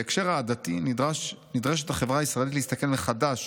"בהקשר העדתי נדרשת החברה הישראלית להסתכל מחדש